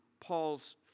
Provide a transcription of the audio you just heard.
Paul's